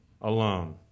Alone